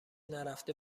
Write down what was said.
نرفته